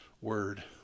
word